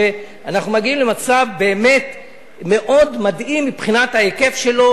שאנחנו מגיעים למצב מדהים מאוד מבחינת ההיקף שלו.